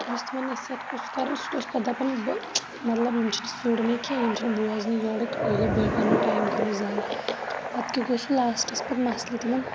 یُس تِمَن نصیحت اوس کَران سُہ تہِ اوس پَتہٕ دَپان بہٕ مَطلَب یِم چھِ نہٕ کینٛہہ یِم چھِنہٕ بوزنے یورُک یہِ گوو بٔلۍ پَنُن ٹایِم کَرُن زایہِ پَتہٕ کیاہ گوو سُہ لاسٹَس پتہٕ مَسلہٕ تِمَن